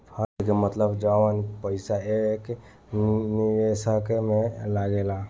fund के मतलब जवन पईसा एक निवेशक में लागेला